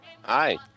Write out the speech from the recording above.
Hi